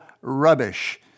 rubbish